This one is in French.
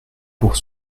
pour